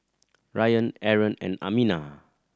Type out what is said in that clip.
Ryan Aaron and Aminah